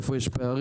איפה יש פערים?